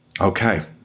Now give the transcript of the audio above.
Okay